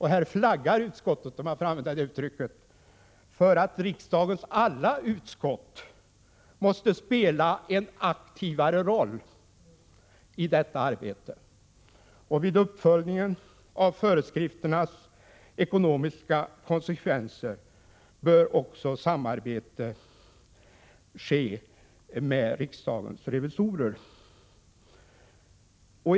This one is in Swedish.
Här ”flaggar” utskottet för att riksdagens alla utskott måste spela en mera aktiv roll i detta arbete. Vid uppföljningen av föreskrifternas ekonomiska konsekvenser bör också samarbete ske med riksdagens revisorer.